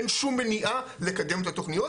אין שום מניעה לקדם את התוכניות,